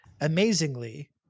amazingly